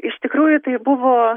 iš tikrųjų tai buvo